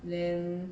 then